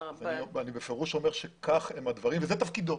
אני בפירוש אומר שכך הם הדברים וזה תפקידו.